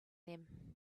them